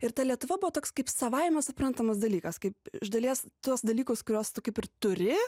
ir ta lietuva buvo toks kaip savaime suprantamas dalykas kaip iš dalies tuos dalykus kuriuos tu kaip ir turi